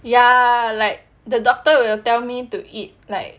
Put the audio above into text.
ya like the doctor will tell me to eat like